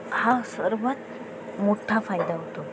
हा सर्वात मोठा फायदा होतो